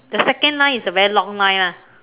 the second line is the very long line ah